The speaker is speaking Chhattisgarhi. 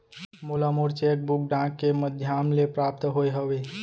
मोला मोर चेक बुक डाक के मध्याम ले प्राप्त होय हवे